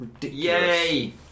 yay